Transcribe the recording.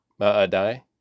Maadai